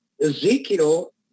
Ezekiel